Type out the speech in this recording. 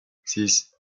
six